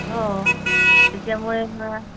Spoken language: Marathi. हो त्याच्यामुळे मला